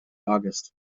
august